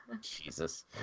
Jesus